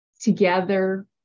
together